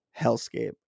hellscape